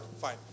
Fine